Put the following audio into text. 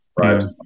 Right